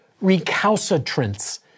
recalcitrance